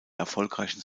erfolgreichen